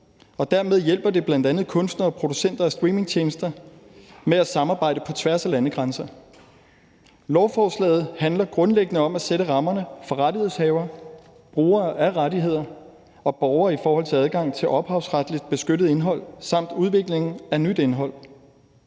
dermed hjælper det bl.a. kunstnere og producenter og streamingtjenester med at samarbejde på tværs af landegrænser. Lovforslaget handler grundlæggende om at sætte rammerne for rettighedshavere, brugere af rettigheder og borgere i forhold til adgang til ophavsretligt beskyttet indhold samt udviklingen af nyt indhold.